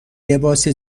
لباس